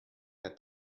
der